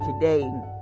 today